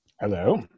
Hello